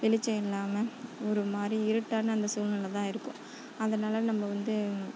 வெளிச்சம் இல்லாமல் ஒரு மாதிரி இருட்டான அந்த சூழ்நிலதான் இருக்கும் அதனால் நம்ம வந்து